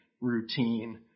routine